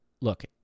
look